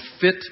Fit